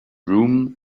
room